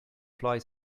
fly